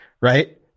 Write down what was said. right